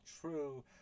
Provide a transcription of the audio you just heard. true